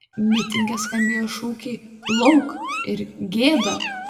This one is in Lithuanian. mitinge skambėjo šūkiai lauk ir gėda